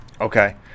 Okay